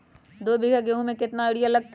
दो बीघा गेंहू में केतना यूरिया लगतै?